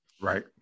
Right